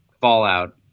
fallout